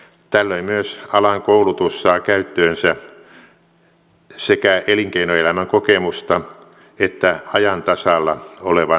tällöin myös alan koulutus saa käyttöönsä sekä elinkeinoelämän kokemusta että ajan tasalla olevan oppimisympäristön